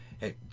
hey